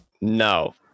No